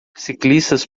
ciclistas